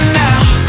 now